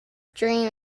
dream